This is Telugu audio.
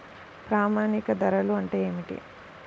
ప్రామాణిక ధరలు అంటే ఏమిటీ?